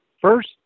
first